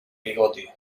bigoti